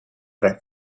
rev